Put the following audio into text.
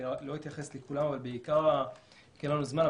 אני לא אתייחס לכולן כי אין לנו זמן,